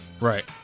Right